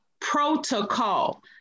protocol